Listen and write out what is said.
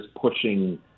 pushing